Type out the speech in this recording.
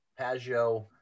Paggio